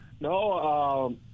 No